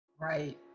Right